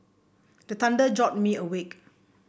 the thunder jolt me awake